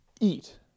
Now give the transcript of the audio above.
eat